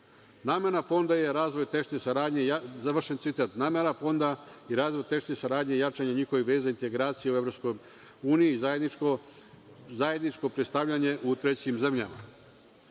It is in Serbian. Fonda i razvoj tešnje saradnje i jačanje njihovih veza i integracija u EU, zajedničko predstavljanja u trećim zemljama.